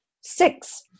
six